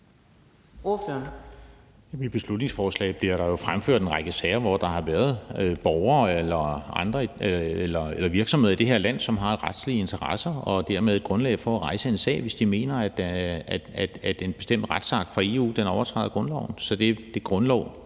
I beslutningsforslaget bliver der jo fremført en række sager, hvor der har været borgere eller virksomheder i det her land, som har retslige interesser og dermed et grundlag for at rejse en sag, hvis de mener, at en bestemt retsakt fra EU overtræder grundloven. Så det grundlag